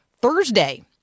Thursday